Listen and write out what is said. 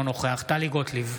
אינו נוכח טלי גוטליב,